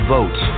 Vote